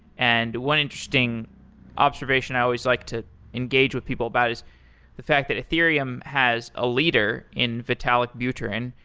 and one interesting observation i always like to engage with people about is the fact that ethereum has a leader in vitalic buterin.